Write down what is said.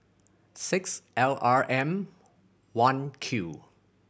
six L R M One Q